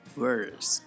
words